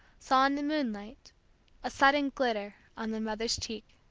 saw in the moonlight a sudden glitter on the mother's cheek.